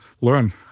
learn